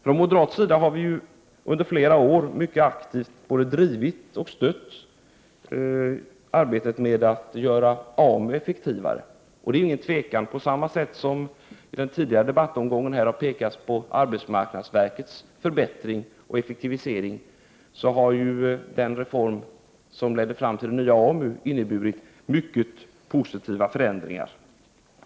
Från moderat sida har vi under flera år mycket aktivt både drivit och stött arbetet med att göra AMU effektivare. Tidigare i debatten har man pekat på arbetsmarknadsverkets förbättring och effektivisering, och på samma sätt har den reform som ledde fram till den nya AMU medfört mycket positiva förändringar.